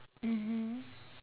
mmhmm